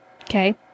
okay